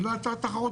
זה לא יצר תחרות.